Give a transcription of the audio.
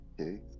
Okay